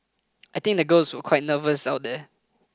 I think the girls were quite nervous out there